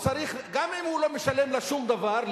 גם אם הוא לא משלם לה שום דבר,